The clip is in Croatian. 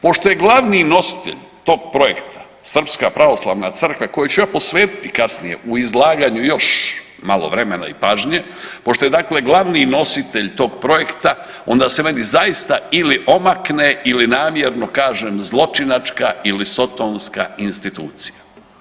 Pošto je glavni nositelj tog projekta Srpska pravoslavna crkva kojoj ću ja posvetiti kasnije u izlaganju još malo vremena i pažnje, pošto je dakle glavni nositelj tog projekta, onda se meni zaista ili omakne ili namjerno kažem, zločinačka ili sotonska institucija.